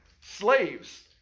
Slaves